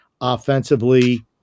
Offensively